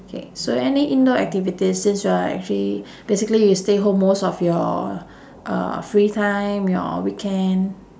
okay so any indoor activities since you're actually basically you stay home most of your uh free time your weekend